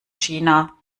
china